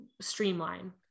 streamline